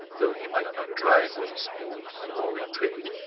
though he might not drive what is called a roaring trade,